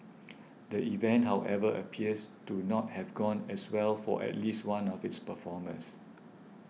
the event however appears to not have gone as well for at least one of its performers